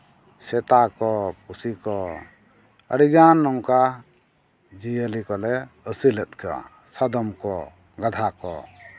ᱥᱮᱛᱟ ᱠᱚ ᱯᱩᱥᱤ ᱠᱚ ᱟᱹᱰᱤᱜᱟᱱ ᱱᱚᱝᱠᱟ ᱡᱤᱭᱟᱹᱞᱤ ᱠᱚᱞᱮ ᱟᱹᱥᱩᱞᱮᱫ ᱠᱚᱣᱟ ᱥᱟᱫᱚᱢ ᱠᱚ ᱜᱟᱫᱷᱟ ᱠᱚ